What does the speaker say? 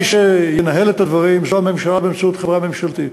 מי שינהל את הדברים זה הממשלה באמצעות חברה ממשלתית.